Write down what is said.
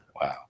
Wow